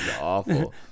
awful